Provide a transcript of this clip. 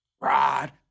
Rod